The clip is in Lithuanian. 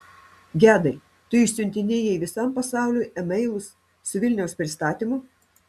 gedai tu išsiuntinėjai visam pasauliui e meilus su vilniaus pristatymu